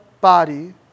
body